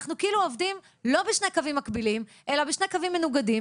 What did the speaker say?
אנחנו כאילו עובדים לא בשני קווים מקבילים אלא בשני קווים מנוגדים,